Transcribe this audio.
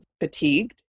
fatigued